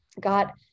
got